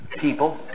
people